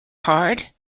hard